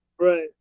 Right